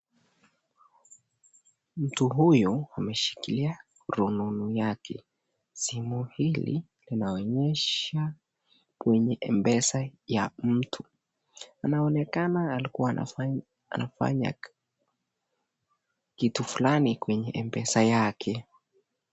Mtu huyu ameshikilia rununu yake. Simu hili linaonyesha kwenye m-pesa ya mtu. Anaonekana alikuwa anafanya kitu fulani kwenye m-pesa yake.